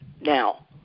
now